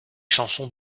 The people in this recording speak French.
chansons